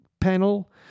panel